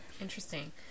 Interesting